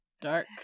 dark